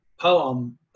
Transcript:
poem